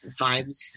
vibes